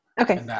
Okay